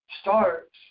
starts